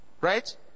Right